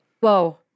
Whoa